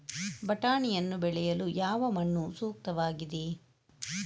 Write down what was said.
ಬಟಾಣಿಯನ್ನು ಬೆಳೆಯಲು ಯಾವ ಮಣ್ಣು ಸೂಕ್ತವಾಗಿದೆ?